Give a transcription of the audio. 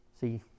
See